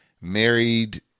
married